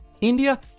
India